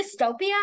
dystopia